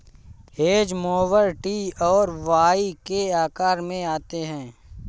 hedge mower T और Y के आकार में आते हैं